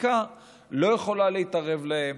החקיקה לא יכולה להתערב להם,